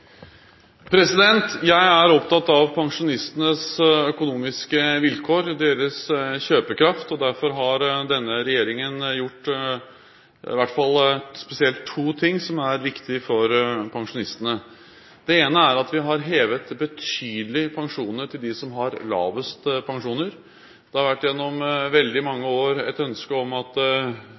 Jeg er opptatt av pensjonistenes økonomiske vilkår og deres kjøpekraft. Derfor har denne regjeringen gjort i hvert fall to ting som er viktige for pensjonistene. Det ene er at vi har hevet pensjonene betydelig for dem som har lavest pensjoner. Gjennom veldig mange år har det vært et ønske om at